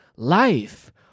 life